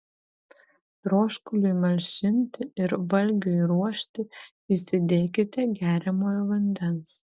troškuliui malšinti ir valgiui ruošti įsidėkite geriamojo vandens